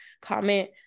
comment